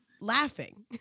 laughing